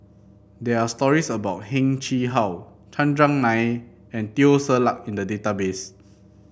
there are stories about Heng Chee How Chandran Nair and Teo Ser Luck in the database